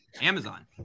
amazon